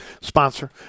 sponsor